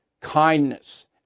Kindness